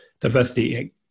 diversity